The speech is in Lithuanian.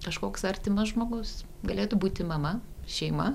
kažkoks artimas žmogus galėtų būti mama šeima